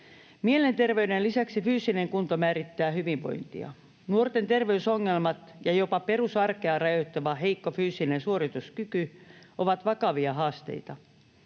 Mielenterveyden lisäksi fyysinen kunto määrittää hyvinvointia. Nuorten terveysongelmat ja jopa perusarkea rajoittava heikko fyysinen suorituskyky ovat vakavia haasteita.